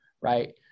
right